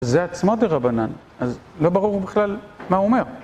זה עצמת דה רבנאן, אז לא ברור בכלל מה הוא אומר.